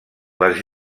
les